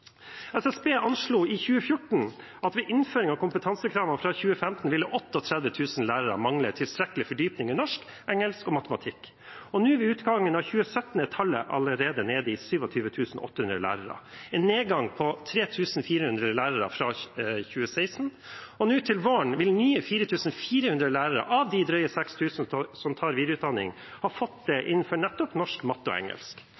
SSB anslo i 2014 at ved innføring av kompetansekravene fra 2015 ville 38 000 lærere mangle tilstrekkelig fordypning i norsk, engelsk og matematikk. Ved utgangen av 2017 var tallet allerede nede i 27 800 lærere, en nedgang på 3 400 lærere fra 2016. Nå til våren vil nye 4 400 av de drøyt 6 000 lærerne som tar videreutdanning, ha fått det innenfor nettopp norsk, matematikk og engelsk.